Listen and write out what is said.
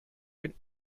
den